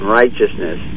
righteousness